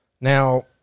Now